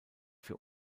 für